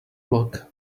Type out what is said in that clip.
lock